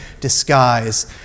disguise